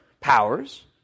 powers